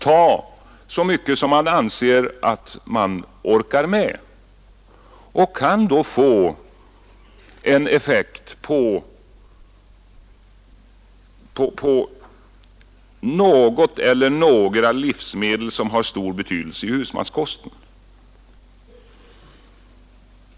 Man kan då i olika omgångar ta så mycket som man orkar med, man kan inrikta sig på något eller några livsmedel som har stor betydelse i husmanskosten.